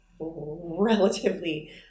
relatively